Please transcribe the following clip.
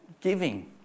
Giving